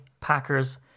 packers